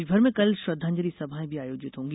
प्रदेश भर में कल श्रद्वांजलि सभाएं भी आयोजित होंगी